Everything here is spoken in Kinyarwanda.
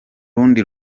rundi